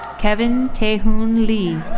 kevin taehoon lee.